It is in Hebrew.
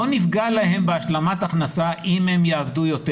לא נפגע להן בהשלמת ההכנסה אם הן יעבדו יותר.